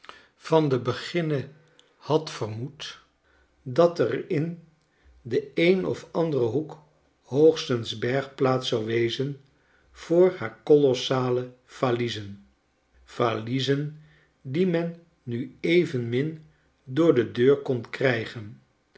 van den beginne had vermoed dat er in den een of anderen hoek hoogstens bergplaats zou wezen voor haar kolossale valiezen valiezen die men nu evenmin door de deur kon krijgen